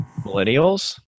millennials